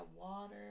water